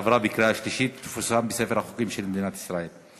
עברה בקריאה שלישית ותפורסם בספר החוקים של מדינת ישראל.